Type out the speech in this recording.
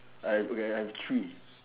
I have okay I have three